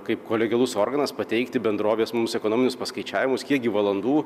kaip kolegialus organas pateikti bendrovės mums ekonominius paskaičiavimus kiek gi valandų